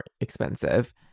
expensive